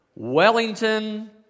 Wellington